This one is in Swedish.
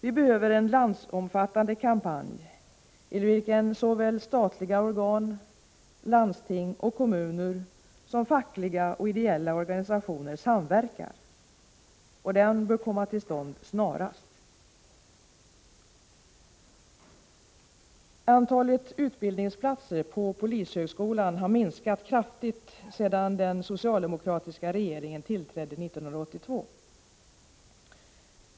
Vi behöver en landsomfattande kampanj i vilken såväl statliga organ, landsting och kommuner som fackliga och ideella organisationer samverkar. Den bör komma till stånd snarast. Antalet utbildningsplatser på polishögskolan har minskat kraftigt sedan den socialdemokratiska regeringens tillträde 1982.